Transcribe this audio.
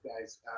guys